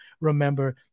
remember